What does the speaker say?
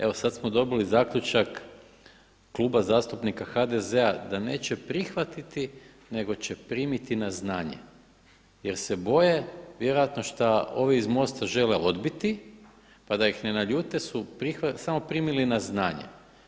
Evo sada smo dobili zaključak Kluba zastupnika HDZ-a da neće prihvatiti nego će primiti na znanje jer se boje vjerojatno šta ovi iz MOST-a žele odbiti pa da ih ne naljute samo primili na znanje.